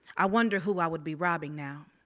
i wonder who i would be robbing now.